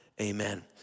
amen